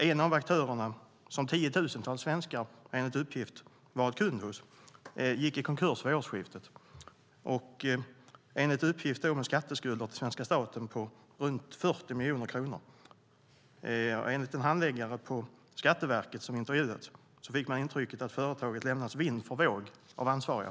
En av aktörerna som tiotusentals svenskar varit kund hos gick i konkurs vid årsskiftet, enligt uppgift med skatteskulder till svenska staten på runt 40 miljoner kronor. Enligt en handläggare på Skatteverket som intervjuats fick man intrycket att företaget lämnats vind för våg av de ansvariga.